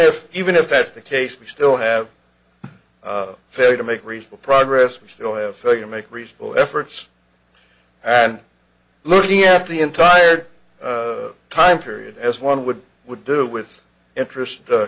if even if that's the case we still have failure to make reasonable progress we still have figure make reasonable efforts and looking after the entire time period as one would would do with